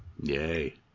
Yay